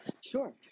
Sure